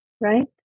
right